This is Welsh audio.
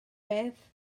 beth